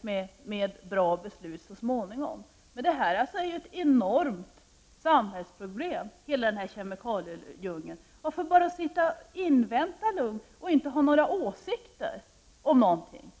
kommer med ett bra förslag så småningom. Men hela den här kemikaliedjungeln är ett enormt samhällsproblem. Varför bara lugnt sitta och vänta och inte ha några åsikter om någonting?